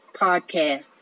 podcast